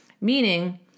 Meaning